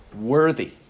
Worthy